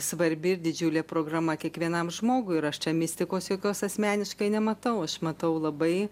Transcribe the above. svarbi ir didžiulė programa kiekvienam žmogui ir aš čia mistikos jokios asmeniškai nematau aš matau labai